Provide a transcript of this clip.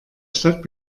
stadt